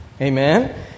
Amen